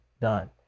done